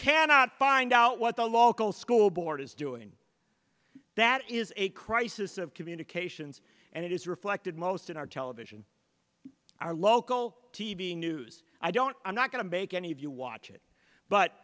cannot find out what the local school board is doing that is a crisis of communications and it is reflected most in our television our local t v news i don't i'm not going to make any of you watch it but